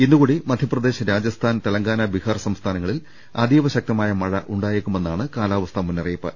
ഇന്നുകൂടി മധ്യപ്രദേശ് രാജസ്ഥാൻ തെലങ്കാന ബിഹാർ സംസ്ഥാ നങ്ങളിൽ അതീവശക്തമായ മഴ ഉണ്ടായേക്കുമെന്നാണ് കാലാവസ്ഥാ മുന്ന റിയിപ്പ്